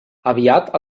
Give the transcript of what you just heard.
aviat